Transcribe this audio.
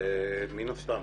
מן הסתם.